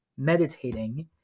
meditating